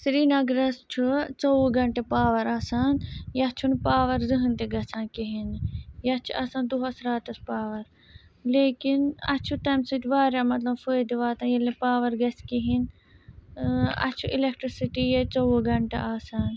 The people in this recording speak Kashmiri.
سریٖنَگرَس چھُ ژوٚوُہ گنٛٹہٕ پاوَر آسان یَتھ چھُنہٕ پاوَر زٕہٕنۍ تہِ گژھان کِہیٖنۍ نہٕ یَتھ چھِ آسان دۄہَس راتَس پاوَر لیکِن اَسہِ چھُ تَمہِ سۭتۍ واریاہ مطلب فٲیدٕ واتان ییٚلہِ نہٕ پاور گژھِ کِہیٖنۍ اَسہِ چھُ اِلٮ۪کٹرسٹی ییٚتہِ ژوٚوُہ گَنٹہٕ آسان